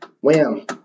wham